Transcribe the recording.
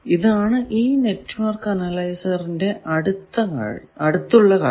ഇതാണ് ഈ നെറ്റ്വർക്ക് അനലൈസറിൻറെ അടുത്തുള്ള കാഴ്ച